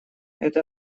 это